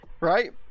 right